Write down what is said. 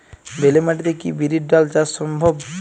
বেলে মাটিতে কি বিরির ডাল চাষ সম্ভব?